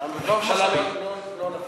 הממשלה לא נפלה.